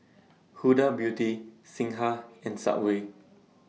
Huda Beauty Singha and Subway